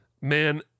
Man